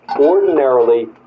Ordinarily